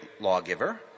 lawgiver